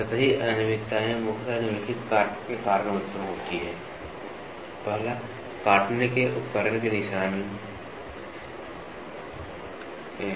सतही अनियमितताएं मुख्यतः निम्नलिखित कारकों के कारण उत्पन्न होती हैं • काटने के उपकरण के निशान खिलाएं